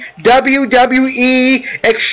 WWE